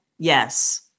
Yes